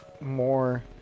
more